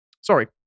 Sorry